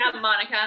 Monica